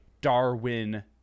darwin